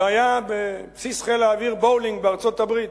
זה היה בבסיס חיל האוויר "בולינג" בארצות-הברית,